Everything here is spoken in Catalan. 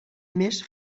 més